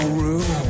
room